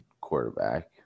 quarterback